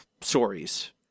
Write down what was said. stories